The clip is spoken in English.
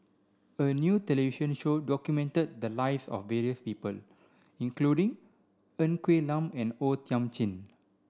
a new television show documented the lives of various people including Ng Quee Lam and O Thiam Chin